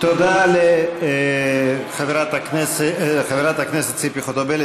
תודה לחברת הכנסת ציפי חוטובלי,